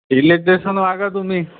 electrician आहा का तुम्ही